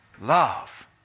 love